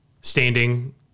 standing